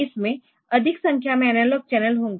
इसमें अधिक संख्या में एनालॉग चैनल होंगे